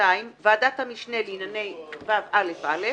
(2)ועדת המשנה לענייני וא״א,